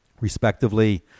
respectively